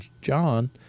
John